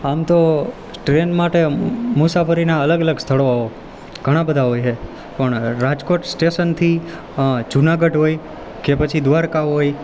આમ તો ટ્રેન માટે મુસાફરીનાં અલગ અલગ સ્થળો ઘણાં બધા હોય છે પણ રાજકોટ સ્ટેશનથી જુનાગઢ હોય કે પછી દ્વારકા હોય